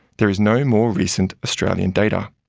there is no more recent australian data.